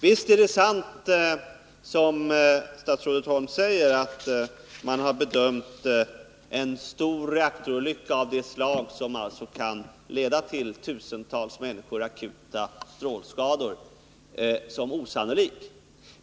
Visst är det sant som statsrådet Holm säger att man har bedömt en reaktorolycka av sådan omfattning att den kan leda till att tusentals människor får akuta strålskador som osannolik.